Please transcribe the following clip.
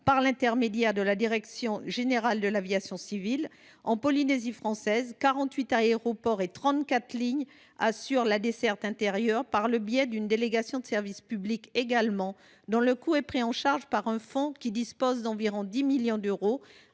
par l’intermédiaire de la direction générale de l’aviation civile. En Polynésie française, quarante huit aéroports et trente quatre lignes assurent la desserte intérieure, par le biais d’une délégation de service public également, dont le coût est pris en charge par un fonds qui dispose d’environ 10 millions d’euros,